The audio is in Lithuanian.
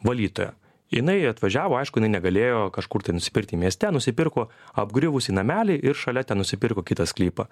valytoja jinai atvažiavo aišku jinai negalėjo kažkur tai nusipirkti mieste nusipirko apgriuvusį namelį ir šalia ten nusipirko kitą sklypą